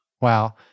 Wow